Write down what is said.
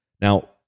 Now